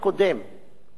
בחוק המעבר,